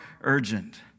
urgent